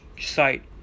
site